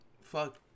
fuck